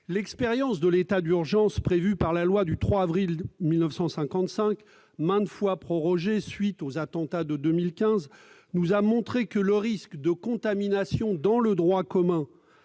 L'expérience de l'état d'urgence prévu par la loi du 3 avril 1955, maintes fois prorogé à la suite des attentats de 2015, a montré que le risque de contamination du droit commun